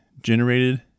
generated